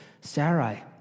Sarai